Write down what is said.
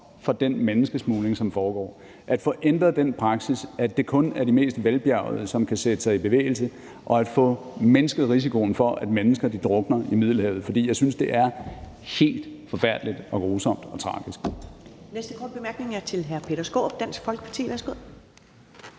for den menneskesmugling, som foregår; at få ændret den praksis, hvor det kun er de mest velbjærgede, som kan sætte sig i bevægelse; og at få mindsket risikoen for, at mennesker drukner i Middelhavet. For jeg synes, det er helt forfærdeligt, grusomt og tragisk.